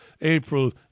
April